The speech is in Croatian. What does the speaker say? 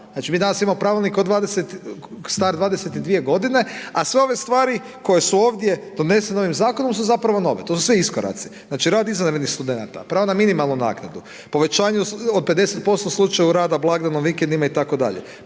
Znači mi danas imamo pravilnik od 20, star 22 godine, a sve ove stvari koje su ovdje donesene ovim zakonom su zapravo nove. To su sve iskoraci. Znači rad izvanrednih studenata, pravo na minimalnu naknadu, povećanje od 50% slučajeva rada blagdanom, vikendima itd.,